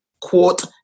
quote